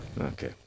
Okay